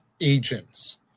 agents